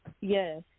Yes